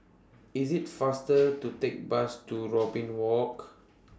IS IT faster to Take Bus to Robin Walk